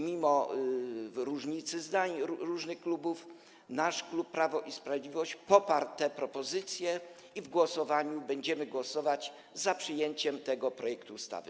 Mimo różnicy zdań różnych klubów nasz klub, klub Prawo i Sprawiedliwość, poparł te propozycje i w głosowaniu będziemy głosować za przyjęciem tego projektu ustawy.